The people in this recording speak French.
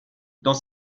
dans